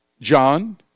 John